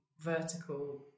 vertical